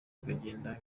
akagenda